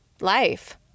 life